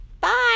Bye